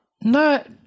No